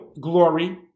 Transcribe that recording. glory